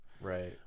Right